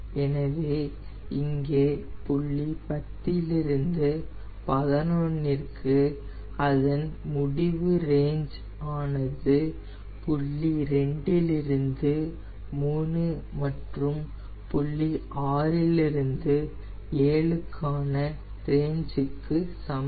எனவே இங்கே புள்ளி 10 இல் இருந்து 11 ற்கு அதன் முடிவு ரேஞ் ஆனது புள்ளி 2 இல் இருந்து 3 மற்றும் புள்ளி 6 இல் இருந்து 7 ற்கான ரேஞ்சுக்கு சமம்